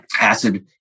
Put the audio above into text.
acid